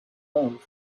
love